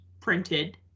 printed